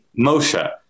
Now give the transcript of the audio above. moshe